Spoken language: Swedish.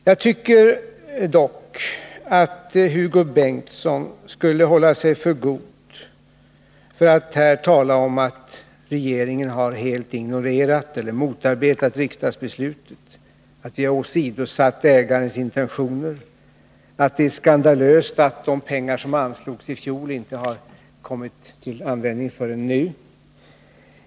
Jag tycker dock att Hugo Bengtsson skulle hålla sig för god för att här tala om att regeringen har helt ignorerat eller motarbetat riksdagsbeslutet, att vi har åsidosatt ägarens intentioner, att det är skandalöst att de pengar som anslogs i fjol inte kommit till användning förrän nu.